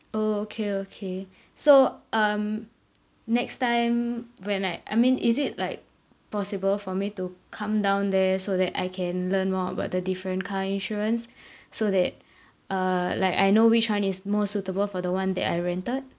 orh okay okay so um next time when like I mean is it like possible for me to come down there so that I can learn more about the different car insurance so that uh like I know which one is more suitable for the one that I rented